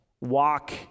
walk